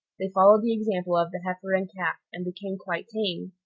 they followed the example of the heifer and calf, and became quite tame.